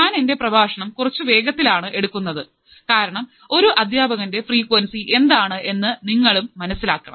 ഞാൻ എൻറെ പ്രഭാഷണം കുറച്ച് വേഗത്തിലാണ് എടുക്കുന്നത് കാരണം ഒരു അധ്യാപകന്റെ ഫ്രീക്വൻസി എന്താണ് എന്ന് നിങ്ങൾക്കും മനസ്സിലാക്കണം